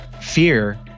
fear